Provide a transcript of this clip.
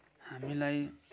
हामीलाई